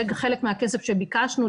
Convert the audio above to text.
זה חלק מהכסף שביקשנו,